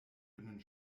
dünnen